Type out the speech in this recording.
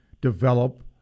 develop